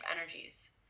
energies